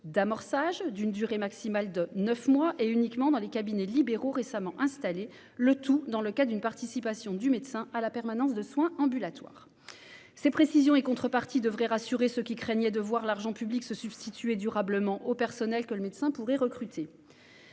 d'amorçage d'une durée maximale de neuf mois, uniquement dans les cabinets libéraux récemment installés, le tout dans le cadre d'une participation du médecin à la permanence des soins ambulatoires. Ces précisions et contreparties devraient rassurer ceux qui craignent de voir les agents publics se substituer durablement aux personnels que le médecin pourrait recruter.